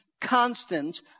constant